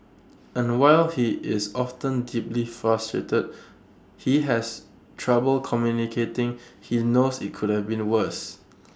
and while he is often deeply frustrated he has trouble communicating he knows IT could have been worse